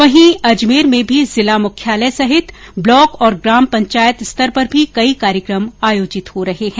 वहीं अजमेर में भी जिला मुख्यालय सहित ब्लॉक और ग्राम पंचायत स्तर पर भी कई कार्यक्रम आयोजित हो रहे है